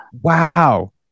wow